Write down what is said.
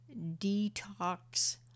detox